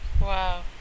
Wow